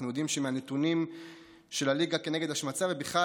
אנחנו יודעים מהנתונים של הליגה נגד השמצה ובכלל